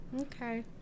Okay